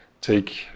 take